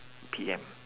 P M